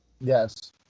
Yes